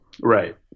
right